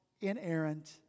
inerrant